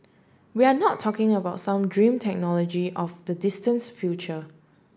we are not talking about some dream technology of the distance future